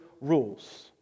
rules